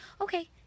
okay